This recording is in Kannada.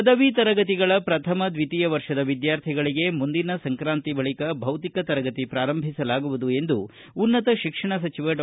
ಪದವಿ ತರಗತಿಗಳ ಪ್ರಥಮ ದ್ವಿತೀಯ ವರ್ಷದ ವಿದ್ವಾರ್ಥಿಗಳಿಗೆ ಮುಂದಿನ ಸಂಕ್ರಾಂತಿ ಬಳಿಕ ಭೌತಿಕ ತರಗತಿ ಪ್ರಾರಂಭಿಸಲಾಗುವುದು ಎಂದು ಉನ್ನತ ಶಿಕ್ಷಣ ಸಚಿವ ಡಾ